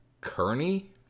Kearney